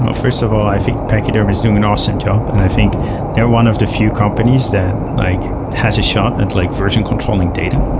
ah first of all, i think pachyderm is doing an awesome job and i think they're one of the few companies that like has a shot at like version controlling data.